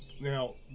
Now